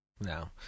No